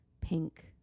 pink